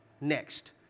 next